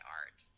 art